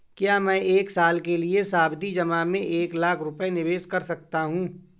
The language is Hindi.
क्या मैं एक साल के लिए सावधि जमा में एक लाख रुपये निवेश कर सकता हूँ?